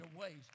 waste